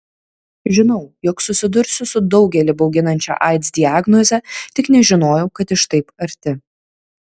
žinojau jog susidursiu su daugelį bauginančia aids diagnoze tik nežinojau kad iš taip arti